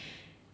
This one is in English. err